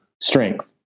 strength